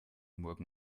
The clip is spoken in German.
morgen